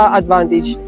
advantage